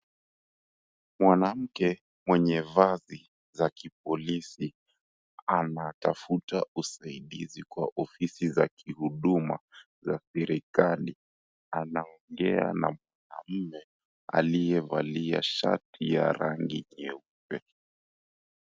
Mwanamke mwenye vazi za kipolisi anatafuta usaidizi kwa ofisi za kiduma za kiserikali anaongea na mwanaume aliyevalia shati ya rangi nyeupe.